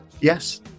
Yes